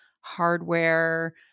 hardware